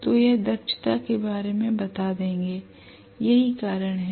तो यह दक्षता के बारे में बता देंगे यही कारण है